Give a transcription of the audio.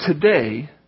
today